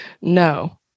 no